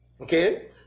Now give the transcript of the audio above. Okay